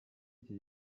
iki